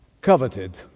coveted